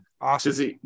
awesome